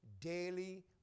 daily